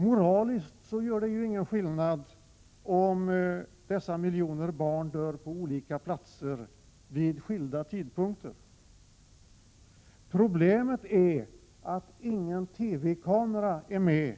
Moraliskt gör det ju ingen skillnad om dessa miljoner barn dör på olika platser vid skilda tidpunkter. Problemet är att ingen TV-kamera är med